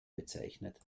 bezeichnet